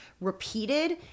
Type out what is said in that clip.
repeated